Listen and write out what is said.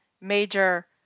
major